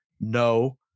no